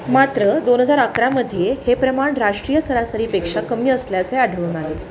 मात्र दोन हजार अकरामध्ये हे प्रमाण राष्ट्रीय सरासरीपेक्षा कमी असल्याचे आढळून आले